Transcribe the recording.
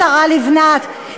השרה לבנת,